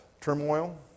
turmoil